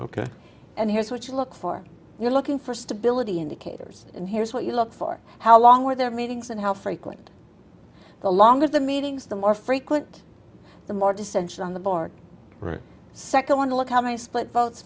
ok and here's what you look for you're looking for stability indicators and here's what you look for how long were there meetings and how frequent the longer the meetings the more frequent the more dissension on the board for a second look how many split votes